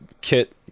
Kit